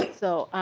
so